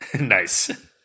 Nice